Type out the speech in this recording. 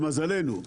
למזלנו,